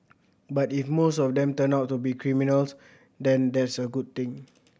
but if most of them turn out to be criminals then that's a good thing